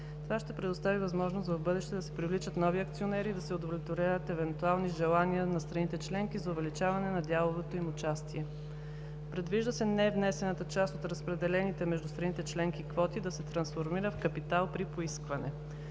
Това ще предостави възможност в бъдеще да се привличат нови акционери и да се удовлетворят евентуални желания на страните членки за увеличаване на дяловото им участие. Предвижда се невнесената част от разпределените между страните членки квоти да се трансформира в капитал при поискване.